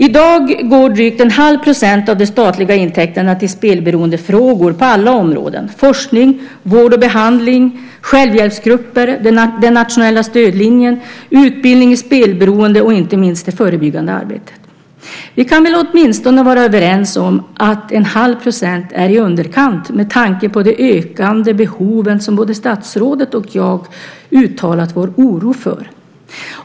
I dag går drygt 1⁄2 % av de statliga intäkterna till spelberoendefrågor på alla områden - forskning, vård och behandling, självhjälpsgrupper, den nationella stödlinjen, utbildning i spelberoende och inte minst det förebyggande arbetet. Vi kan väl åtminstone vara överens om att 1⁄2 % är i underkant med tanke på de ökande behov som både statsrådet och jag har uttalat vår oro för.